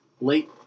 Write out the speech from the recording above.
late